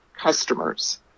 customers